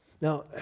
Now